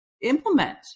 implement